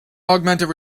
augmented